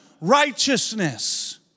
righteousness